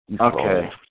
Okay